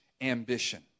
ambition